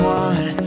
one